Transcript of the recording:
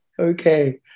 Okay